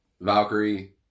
valkyrie